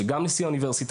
שגם נשיא האוניברסיטה,